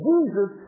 Jesus